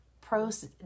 Pros